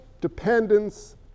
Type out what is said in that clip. dependence